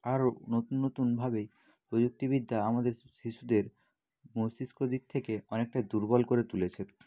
আরও নতুন নতুনভাবে প্রযুক্তিবিদ্যা আমাদের শিশুদের মস্তিষ্কর দিক থেকে অনেকটাই দুর্বল করে তুলেছে